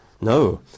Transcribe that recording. No